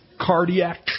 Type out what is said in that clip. cardiac